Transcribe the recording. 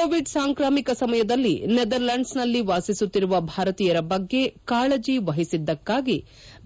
Covid ಸಾಂಕ್ರಾಮಿಕ ಸಮಯದಲ್ಲಿ Netherlands ನಲ್ಲಿ ವಾಸಿಸುತ್ತಿರುವ ಭಾರತೀಯರ ಬಗ್ಗೆ ಕಾಳಜಿ ವಹಿಸಿದ್ದಕ್ಕಾಗಿ